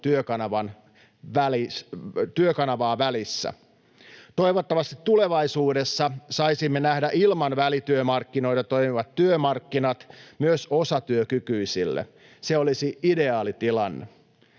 Työkanavaa välissä. Toivottavasti tulevaisuudessa saisimme nähdä ilman välityömarkkinoita toimivat työmarkkinat myös osatyökykyisille. Se olisi ideaalitilanne.